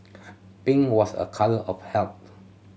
pink was a colour of health